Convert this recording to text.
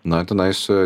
na tenais